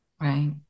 Right